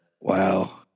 Wow